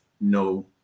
no